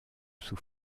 sous